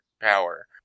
power